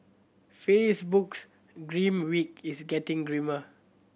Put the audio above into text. Facebook's grim week is getting grimmer